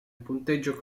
punteggio